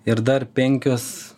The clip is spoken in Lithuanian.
ir dar penkios